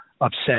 upset